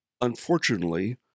unfortunately